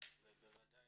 ובוודאי